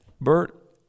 Bert